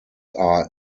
are